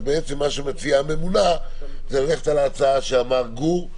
מציעה הממונה ללכת על ההצעה של גור,